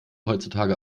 heutzutage